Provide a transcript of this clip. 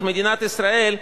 את מדינת ישראל,